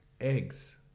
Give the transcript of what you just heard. eggs